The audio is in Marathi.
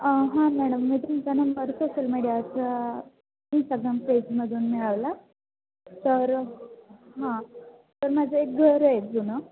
हां मॅडम मी तुमचा नंबर सोशल मीडियाचं इंस्टाग्राम पेजमधून मिळवला तर हां तर माझं एक घर आहे जुनं